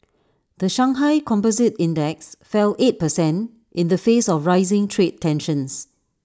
the Shanghai composite index fell eight percent in the face of rising trade tensions